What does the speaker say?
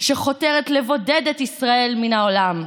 שחותרת לבודד את ישראל מן העולם,